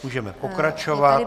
Můžeme pokračovat.